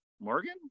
Morgan